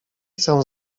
chcę